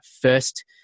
first